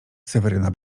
seweryna